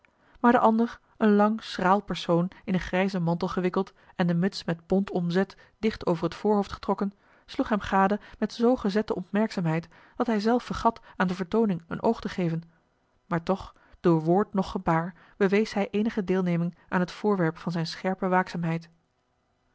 maar de ander een lang schraal persoon in een grijzen mantel gewikkeld en de muts met bont omzet dicht over het voorhoofd getrokken sloeg hem gade met zoo gezette opmerkzaamheid dat hij zelf a l g bosboom-toussaint de delftsche wonderdokter eel vergat aan de vertooning een oog te geven maar toch door woord noch gebaar bewees hij eenige deelneming aan het voorwerp van zijne scherpe waakzaamheid